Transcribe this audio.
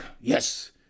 yes